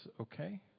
okay